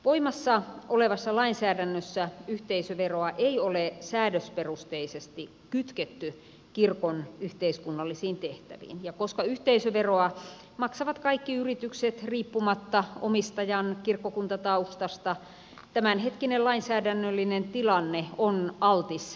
voimassa olevassa lainsäädännössä yhteisöveroa ei ole säädösperusteisesti kytketty kirkon yhteiskunnallisiin tehtäviin ja koska yhteisöveroa maksavat kaikki yritykset riippumatta omistajan kirkkokuntataustasta tämänhetkinen lainsäädännöllinen tilanne on altis kritiikille